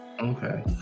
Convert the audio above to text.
Okay